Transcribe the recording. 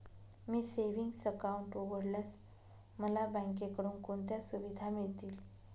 मी savings account उघडल्यास मला बँकेकडून कोणत्या सुविधा मिळतील?